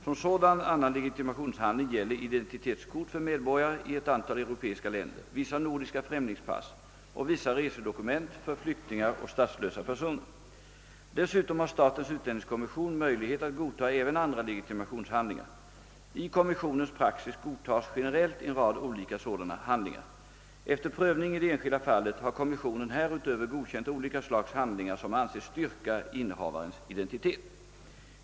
Som sådan annan legitimationshandling gäller identitetskort för medborgare i ett antal europeiska länder, vissa nordiska främlingspass och vissa resedokument för flyktingar och statslösa personer. Dessutom har statens utlänningskommission möjlighet att godta även andra legitimationshandlingar. I kommissionens praxis godtas generellt en rad olika sådana handlingar. Efter prövning i det enskilda fallet har kommissionen härutöver godkänt olika slags handlingar som har ansetts styrka innehavarens identitet.